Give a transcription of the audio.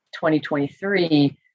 2023